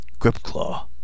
Gripclaw